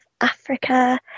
Africa